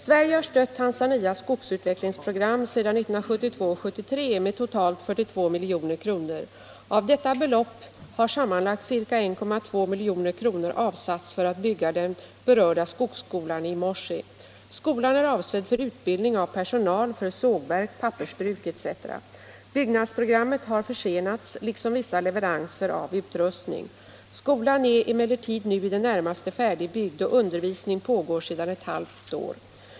Sverige har stött Tanzanias skogsutvecklingsprogram sedan 1972/73 med totalt 42 milj.kr. Av detta belopp har sammanlagt ca 1,2 milj.kr. avsatts för att bygga den berörda skogsskolan i Moshi. Skolan är avsedd för utbildning av personal för sågverk, pappersbruk etc. Byggnadsprogrammet har försenats liksom vissa leveranser av utrustning. Skolan är emellertid nu i det närmaste färdigbyggd och undervisning pågår sedan ett halvår.